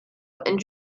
and